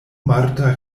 marta